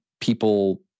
people